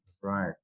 Right